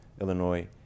Illinois